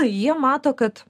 jie mato kad